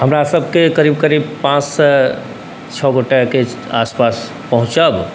हमरासबके करीब करीब पाँचसँ छओ गोटाके आसपास पहुँचब